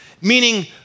meaning